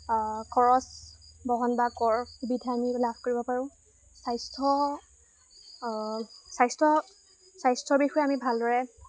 খৰচ বহন বা কৰ সুবিধা আমি লাভ কৰিব পাৰোঁ স্বাস্থ্য স্বাস্থ্য স্বাস্থ্যৰ বিষয়ে আমি ভালদৰে